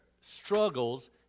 struggles